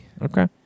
Okay